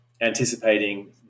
anticipating